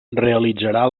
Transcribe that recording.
realitzarà